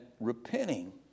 repenting